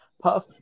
Puff